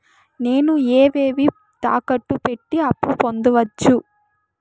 నేను ఏవేవి తాకట్టు పెట్టి అప్పు పొందవచ్చు?